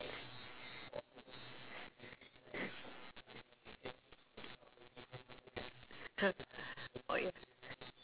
or it